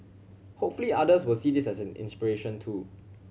hopefully others will see this as an inspiration too